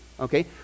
Okay